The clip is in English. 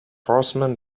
horseman